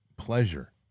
pleasure